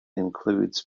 includes